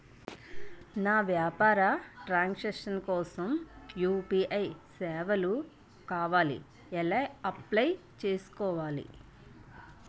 నా వ్యాపార transaction కోసం యు.పి.ఐ సేవలు కావాలి ఎలా అప్లయ్ చేసుకోవాలి?